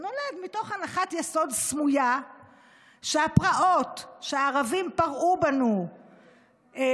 הוא נולד מתוך הנחת יסוד סמויה שהפרעות שהערבים פרעו בנו בחודש